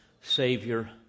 Savior